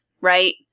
right